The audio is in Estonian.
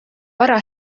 vara